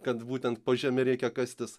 kad būtent po žeme reikia kastis